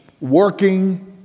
working